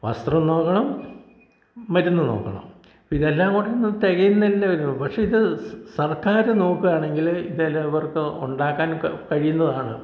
വസ്ത്രം നോക്കണം മരുന്ന് നോക്കണം അപ്പം ഇതെല്ലാം കൂടെ തികയുന്നില്ല ഒരു പക്ഷേ ഇത് സ് സർക്കാർ നോക്കുകയാണെങ്കിൽ ഇതെല്ലാം ഇവർക്ക് ഉണ്ടാക്കാൻ കഴിയുന്നതാണ്